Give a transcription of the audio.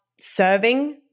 serving